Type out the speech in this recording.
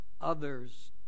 others